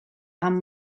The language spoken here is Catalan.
amb